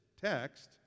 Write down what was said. text